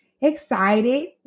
excited